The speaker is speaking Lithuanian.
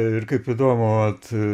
ir kaip įdomu vat